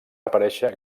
aparèixer